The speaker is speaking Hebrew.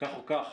כך או כך,